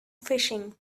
fishing